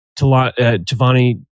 Tavani